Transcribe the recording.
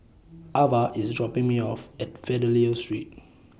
Avah IS dropping Me off At Fidelio Street